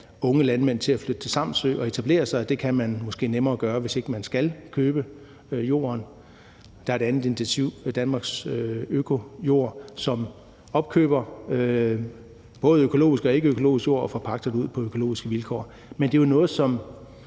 unge landmænd til at flytte til Samsø og etablere sig, og det kan man måske nemmere gøre, hvis ikke man skal købe jorden. Der er et andet initiativ, Dansk Økojord, som opkøber både økologisk og ikke økologisk jord og forpagter det ud på økologiske vilkår. Men det er jo noget, som